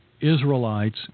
Israelites